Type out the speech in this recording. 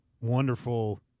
wonderful